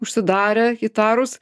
užsidarę įtarūs